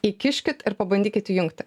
įkiškit ir pabandykit įjungti